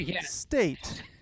state